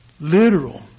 literal